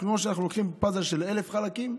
כמו שאנחנו לוקחים פאזל של 1,000 חלקים,